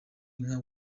inka